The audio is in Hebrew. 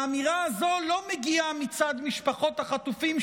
האמירה הזו לא מגיעה מצד משפחות החטופים,